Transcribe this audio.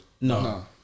No